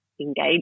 engage